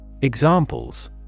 Examples